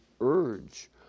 urge